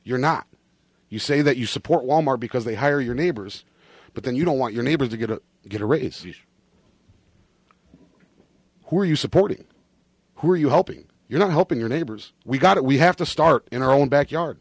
you're not you say that you support wal mart because they hire your neighbors but then you don't want your neighbors to get a get a raise who are you supporting who are you helping you're not helping your neighbors we've got it we have to start in our own backyard